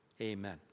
Amen